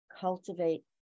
cultivate